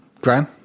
Graham